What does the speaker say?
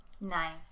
Nice